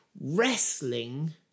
wrestling